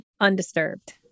undisturbed